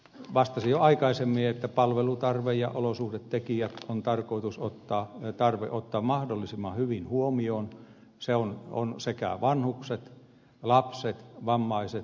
vastasin jo aikaisemmin että palvelutarve ja olosuhdetekijät on tarve ottaa mahdollisimman hyvin huomioon sekä vanhukset lapset vammaiset